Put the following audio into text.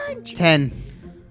Ten